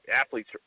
athletes